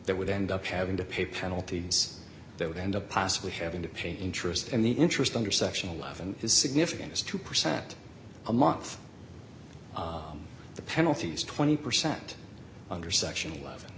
that would end up having to pay penalties that would end up possibly having to pay interest and the interest under section eleven dollars is significant as two percent a month the penalties twenty percent under section eleven